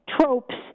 tropes